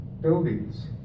buildings